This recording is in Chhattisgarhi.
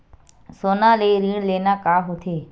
सोना ले ऋण लेना का होथे?